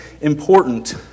important